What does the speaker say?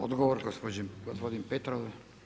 Odgovor gospodin Petrov.